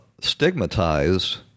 stigmatized